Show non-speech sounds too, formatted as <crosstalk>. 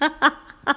<laughs>